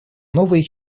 новые